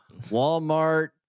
Walmart